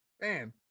Man